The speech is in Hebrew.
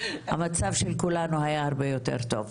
המצב של כולנו היה הרבה יותר טוב.